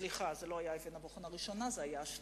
סליחה, זה לא היה אבן הבוחן הראשונה אלא השנייה.